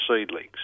seedlings